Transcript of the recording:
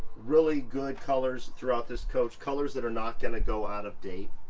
really good colors throughout this coach, colors that are not gonna go out of date.